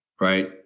right